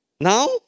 Now